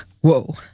whoa